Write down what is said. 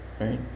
right